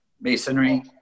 masonry